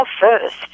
first